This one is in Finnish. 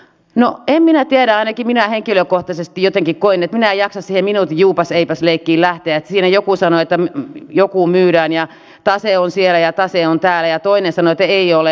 no en minä tiedä ainakin minä henkilökohtaisesti jotenkin koen että minä en jaksa siihen minuutin juupaseipäs leikkiin lähteä että siinä joku sanoi että joku myydään ja tase on siellä ja tase on täällä ja toinen sanoi että ei ole